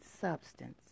substance